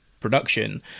production